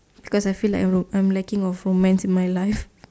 because I feel like I ro~ I am lacking of romance in my life